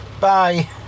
Bye